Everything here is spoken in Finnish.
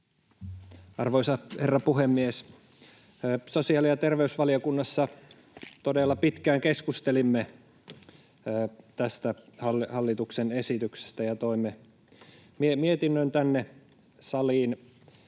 Arvoisa herra puhemies! Sosiaali- ja terveysvaliokunnassa todella pitkään keskustelimme tästä hallituksen esityksestä ja toimme mietinnön tänne saliin